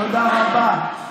תודה רבה.